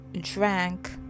drank